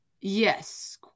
Yes